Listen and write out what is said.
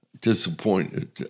disappointed